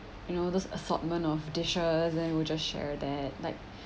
you know those assortment of dishes and we just share that like